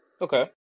okay